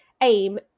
aim